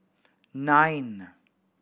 nine